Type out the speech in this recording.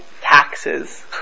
taxes